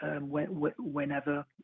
whenever